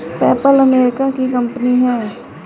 PayPal America की company है